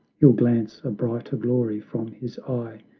he'll glance a brighter glory from his eye,